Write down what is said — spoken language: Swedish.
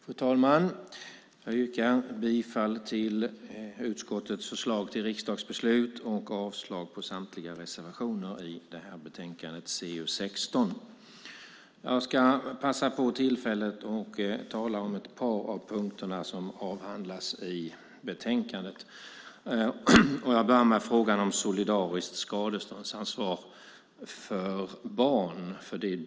Fru talman! Jag yrkar bifall till utskottets förslag till riksdagsbeslut och avslag på samtliga reservationer i betänkande CU16. Jag ska ta tillfället i akt och tala om ett par av de punkter som avhandlas i betänkandet och börjar med frågan om solidariskt skadeståndsansvar för barn.